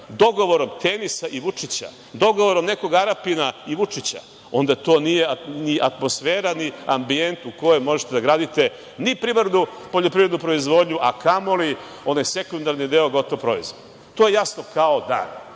dogovorom „Tenisa“ i Vučića, dogovorom nekog Arapina i Vučića, onda to nije atmosfera i ambijent u kojem možete da gradite ni primarnu poljoprivrednu proizvodnju, a kamo li onaj sekundarni deo – gotov proizvod. To je jasno kao dan. Zato